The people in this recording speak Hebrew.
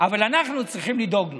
אבל אנחנו צריכים לדאוג לו.